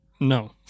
No